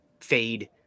fade